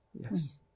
Yes